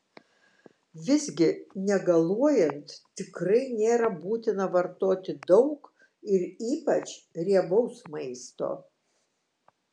visgi negaluojant tikrai nėra būtina vartoti daug ir ypač riebaus maisto